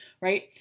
right